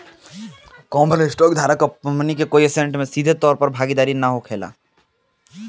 common stock धारक company के कोई ऐसेट में सीधे तौर पर भागीदार ना होखेला